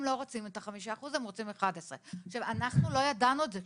הם לא רוצים את ה-5% - הם רוצים 11%. אנחנו לא ידענו את זה,